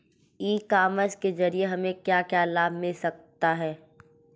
ई commerce के ज़रिए हमें क्या क्या लाभ मिल सकता है?